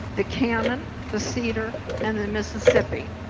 the canna and the cedar and the mississippi.